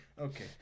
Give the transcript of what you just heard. Okay